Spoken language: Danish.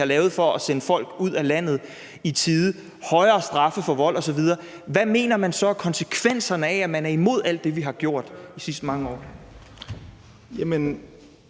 har lavet for at sende folk ud af landet i tide – højere straffe for vold osv. – hvad mener man så er konsekvenserne af, at man er imod alt det, vi har gjort de sidste mange år? Kl.